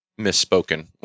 misspoken